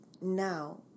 now